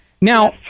Now